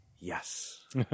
Yes